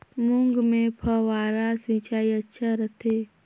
मूंग मे फव्वारा सिंचाई अच्छा रथे?